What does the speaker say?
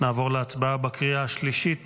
נעבור להצבעה בקריאה השלישית